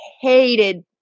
hated